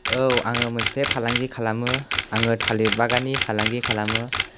औ आङो मोनसे फालांगि खालामो आङो थालिर बागाननि फालांगि खालामो